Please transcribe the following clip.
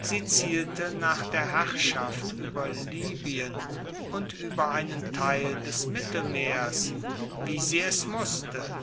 sie zielte nach der herrschaft ueber libyen und ueber einen teil des mittelmeers weil sie es musste